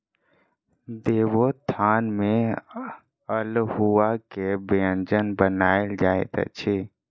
देवोत्थान में अल्हुआ के व्यंजन बनायल जाइत अछि